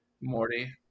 Morty